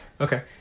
Okay